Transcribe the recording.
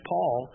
Paul